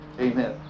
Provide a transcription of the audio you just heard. Amen